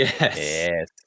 Yes